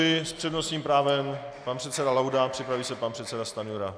S přednostním právem pan předseda Laudát, připraví se pan předseda Stanjura.